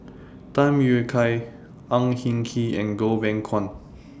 Tham Yui Kai Ang Hin Kee and Goh Beng Kwan